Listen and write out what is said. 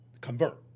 convert